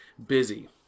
busy